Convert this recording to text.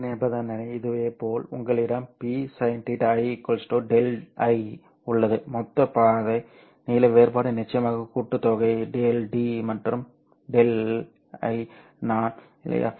இது உள்ளீட்டு நிபந்தனை இதேபோல் உங்களிடம் Psin θi Δi உள்ளது மொத்த பாதை நீள வேறுபாடு நிச்சயமாக கூட்டுத்தொகை Δ d மற்றும் Δ I நான் இல்லையா